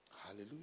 Hallelujah